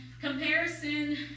Comparison